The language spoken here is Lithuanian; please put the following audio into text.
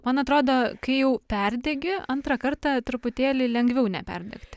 man atrodo kai jau perdegi antrą kartą truputėlį lengviau neperdegti